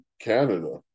Canada